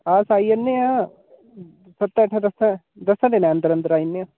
अस आई जन्ने आं सत्तें अट्ठें दस्सें दस्सें दिनें दे अंदर अंदर आई जन्ने आं